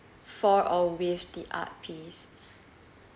for or with the art piece